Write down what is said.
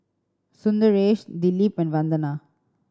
Sundaresh Dilip and Vandana